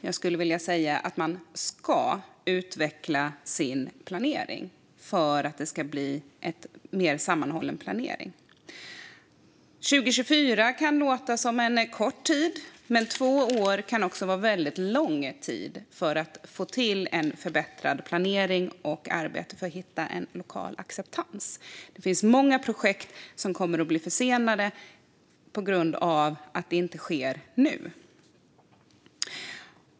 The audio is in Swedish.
Jag skulle vilja säga att man ska utveckla sin planering för att den ska bli mer sammanhållen. Och 2024 kan låta som kort tid, men två år kan vara väldigt lång tid för att få till en förbättrad planering och arbete för att hitta lokal acceptans. Det finns många projekt som kommer att bli försenade på grund av att det inte sker nu.